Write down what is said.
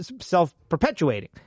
self-perpetuating